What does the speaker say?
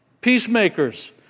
Peacemakers